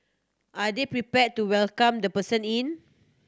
are they prepared to welcome the person in